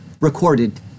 recorded